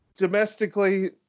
Domestically